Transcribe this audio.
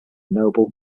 noble